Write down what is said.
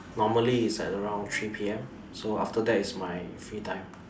normally is like around three P_M so after that is my free time